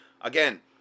again